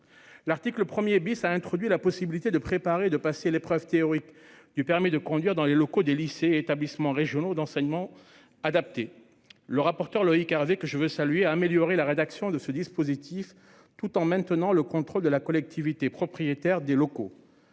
l'article 1 , on crée la possibilité de préparer et de passer l'épreuve théorique du permis de conduire dans les locaux des lycées et des établissements régionaux d'enseignement adapté. Le rapporteur Loïc Hervé, que je veux saluer à cette occasion, a amélioré la rédaction du dispositif, tout en maintenant son contrôle par la collectivité propriétaire des locaux.